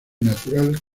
natural